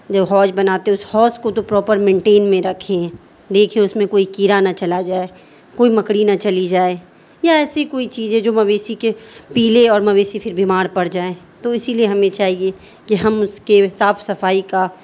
جب حوض بناتے ہیں اس حوض کو تو پراپر مینٹین میں رکھے ہیں دیکھے اس میں کوئی کیڑا نہ چلا جائے کوئی مکڑی نہ چلی جائے یا ایسی کوئی چیزیں جو مویشی کے پی لے اور مویشی پھر بیمار پڑ جائیں تو اسی لیے ہمیں چاہیے کہ ہم اس کے صاف صفائی کا